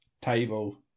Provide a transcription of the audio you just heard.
table